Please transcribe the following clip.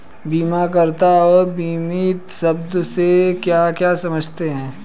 बीमाकर्ता और बीमित शब्द से आप क्या समझते हैं?